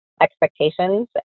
expectations